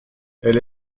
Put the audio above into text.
elle